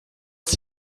ist